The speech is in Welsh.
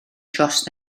dros